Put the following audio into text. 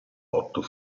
otto